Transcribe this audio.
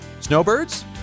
Snowbirds